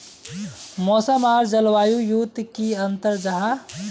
मौसम आर जलवायु युत की अंतर जाहा?